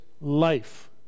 life